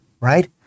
right